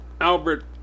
Albert